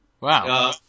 Wow